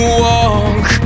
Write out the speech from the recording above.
walk